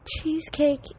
Cheesecake